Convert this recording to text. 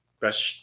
best